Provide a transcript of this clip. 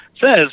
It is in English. says